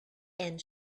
and